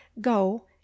Go